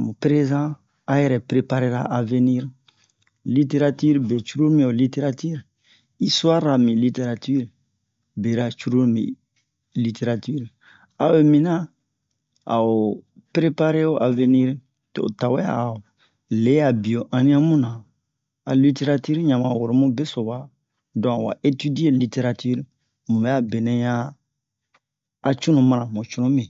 mu prezan a yɛrɛ preparera avenir literatire be curulu mi ho literatire istuware-ra mi literatire bera curulu mi literatire a o yi miniyan a o prepare o avenir to a tawɛ a o le'a biyo annian muna a literatire ɲan ma woro mu beso wa donk awa etidiye mu bɛ'a benɛ ɲan a cunu mana mu cunumi